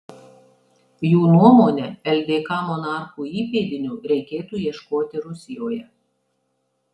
jų nuomone ldk monarchų įpėdinių reikėtų ieškoti rusijoje